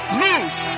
lose